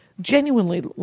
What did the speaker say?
Genuinely